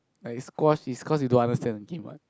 like squash is cause you don't understand the game what